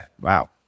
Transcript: wow